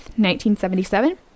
1977